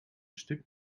stuk